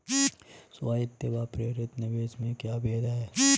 स्वायत्त व प्रेरित निवेश में क्या भेद है?